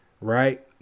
right